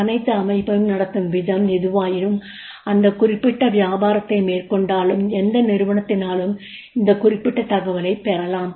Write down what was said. அனைத்து அமைப்பையும் நடத்தும் விதம் எதுவாயினும் எந்த குறிப்பிட்ட வியாபாரத்தை மேற்கொண்டாலும் எந்த நிறுவனத்தினாலும் இந்த குறிப்பிட்ட தகவலைப் பெறலாம்